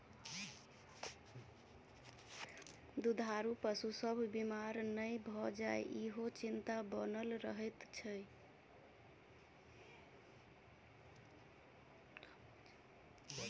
दूधारू पशु सभ बीमार नै भ जाय, ईहो चिंता बनल रहैत छै